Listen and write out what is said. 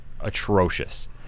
atrocious